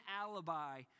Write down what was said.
alibi